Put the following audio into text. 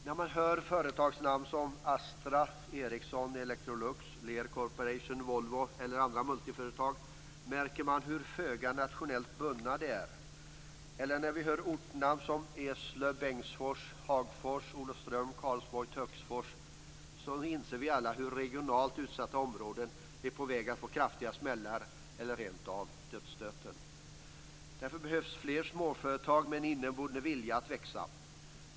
När man hör företagsnamn som Astra, Ericsson, Electrolux, Lear Corporation, Volvo eller namn på andra multiföretag märker man hur föga nationellt bundna de är. Och när vi hör ortsnamn som Eslöv, Bengtsfors, Hagfors, Olofström, Karlsborg, Töcksfors så inser vi alla hur regionalt utsatta områden är på väg att få kraftiga smällar eller rent av dödsstöten. Därför behövs fler småföretag med en inneboende vilja att växa.